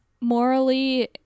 morally